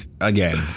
again